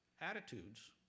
attitudes